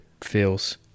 feels